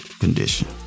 condition